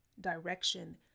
direction